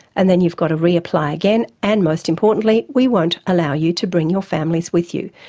and then you've got to reapply again and most importantly, we won't allow you to bring your families with you.